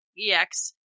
EX